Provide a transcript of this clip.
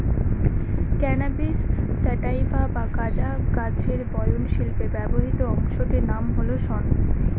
cannabis sativa বা গাঁজা গাছের বয়ন শিল্পে ব্যবহৃত অংশটির নাম হল শন